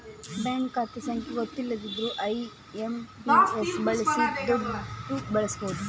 bank ಖಾತೆ ಸಂಖ್ಯೆ ಗೊತ್ತಿಲ್ದಿದ್ರೂ ಐ.ಎಂ.ಪಿ.ಎಸ್ ಬಳಸಿ ದುಡ್ಡು ಕಳಿಸ್ಬಹುದು